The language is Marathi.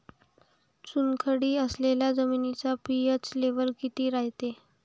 चुनखडी असलेल्या जमिनीचा पी.एच लेव्हल किती रायते?